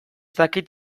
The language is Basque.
dakit